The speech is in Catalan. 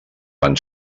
van